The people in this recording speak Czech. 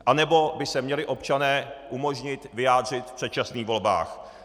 Anebo by se mělo občanům umožnit vyjádřit se v předčasných volbách.